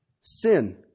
Sin